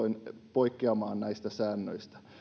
poikkeamaan näistä säännöistä